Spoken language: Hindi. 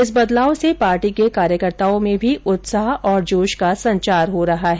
इस बदलाव से पार्टी के कार्यकर्ताओं में भी उत्साह और जोश का संचार हो रहा है